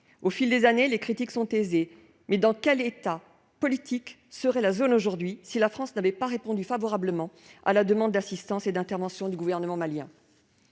Au fil des années, les critiques sont aisées ; mais dans quel état politique la zone serait-elle aujourd'hui, si la France n'avait pas répondu favorablement à la demande d'assistance et d'intervention du gouvernement malien ?